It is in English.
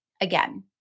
Again